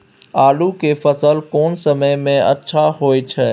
आलू के फसल कोन समय में अच्छा होय छै?